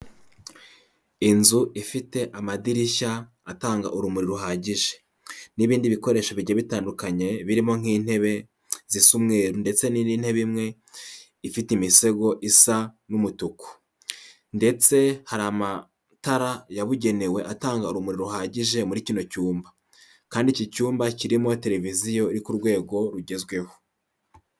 Inzu ifite amadirishya atanga urumuri ruhagije n'ibindi bikoresho bigiye bitandukanye, birimo nk'intebe zisa umweru ndetse n'indi ntebe imwe ifite imisego isa n'umutuku ndetse hari amatara yabugenewe atanga urumuri ruhagije muri kino cyumba, kandi iki cyumba kirimo tereviziyo iri ku rwego rugezweho.